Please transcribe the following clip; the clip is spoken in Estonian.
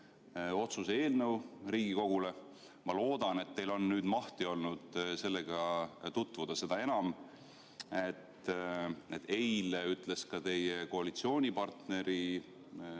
otsuse eelnõu. Ma loodan, et teil on nüüd olnud mahti sellega tutvuda, seda enam, et eile ütles ka teie koalitsioonipartneri